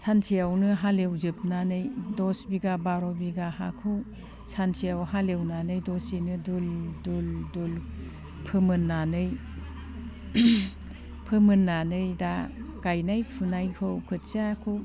सानसेयावनो हालेवजोबनानै दस बिगा बार' बिगा हाखौ सानसेयाव हालेवनानै दसेनो दुल दुल दुल फोमोननानै फोमोननानै दा गायनाय फुनायखौ खोथियाखौ